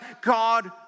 God